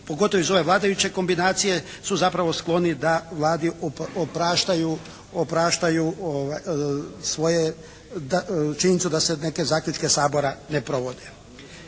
pogotovo iz ove vladajuće kombinacije su zapravo skloni da Vladi opraštaju svoje, činjenicu da neke zaključne Sabora ne provode.